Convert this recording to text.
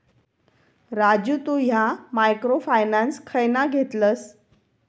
राजू तु ह्या microfinance खयना घेतलस?